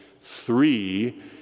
three